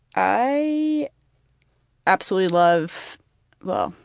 i absolutely love well,